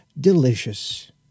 delicious